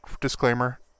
disclaimer –